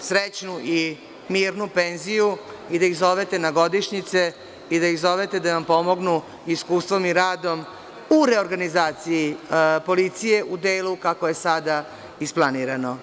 srećnu i mirnu penziju, i da ih zovete na godišnjice, i da ih zovete da vam pomognu iskustvom i radom u reorganizaciji policije u delu kako je sada isplanirano.